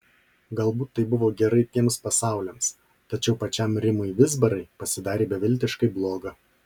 galbūt tai buvo gerai tiems pasauliams tačiau pačiam rimui vizbarai pasidarė beviltiškai bloga